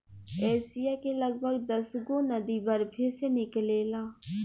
Asia के लगभग दसगो नदी बरफे से निकलेला